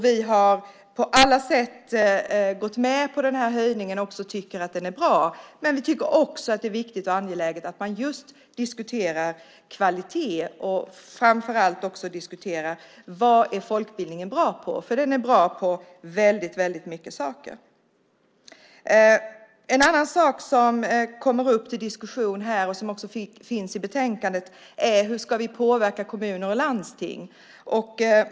Vi har på alla sätt gått med på höjningen och tycker att den är bra. Men vi tycker också att det är viktigt och angeläget att man diskuterar kvaliteten och framför allt vad folkbildningen är bra på. Den är nämligen bra på väldigt många saker. En annan sak som kommer upp till diskussion, och som även tas upp i betänkandet, gäller hur vi ska påverka kommuner och landsting.